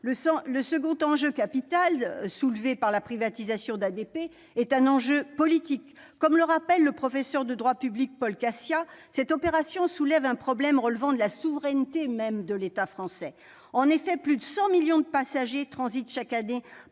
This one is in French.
Le deuxième enjeu capital soulevé par la privatisation d'ADP est politique. Comme le rappelle le professeur de droit public Paul Cassia, cette opération soulève un problème relevant de la souveraineté même de l'État français. En effet, plus de 100 millions de passagers transitent chaque année